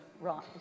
right